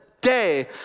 day